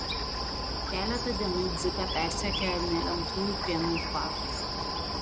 keletą dienų dziką persekiojo nelemtųjų krienų kvapas